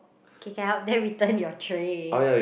okay can help then return your tray